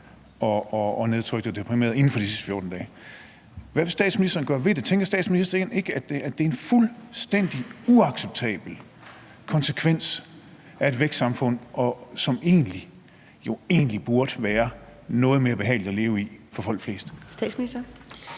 og nedtrykte og deprimerede inden for de sidste 14 dage. Hvad vil statsministeren gøre ved det? Tænker statsministeren ikke, at det er en fuldstændig uacceptabel konsekvens af et vækstsamfund, som jo egentlig burde være noget mere behageligt at leve i for folk flest?